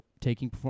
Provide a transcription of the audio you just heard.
taking